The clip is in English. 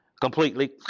completely